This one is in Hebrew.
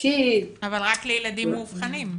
יש לפעוטות שעברו חוויות מאוד קשות בגן,